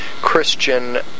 Christian